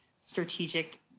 strategic